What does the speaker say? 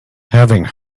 having